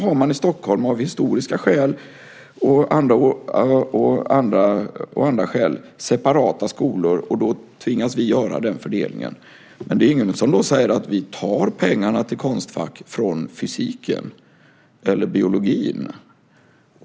I Stockholm har man av historiska skäl och av andra skäl separata skolor, och då tvingas vi göra den fördelningen. Men det är ingen som då säger att vi tar pengarna till Konstfack från fysiken eller biologin.